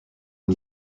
une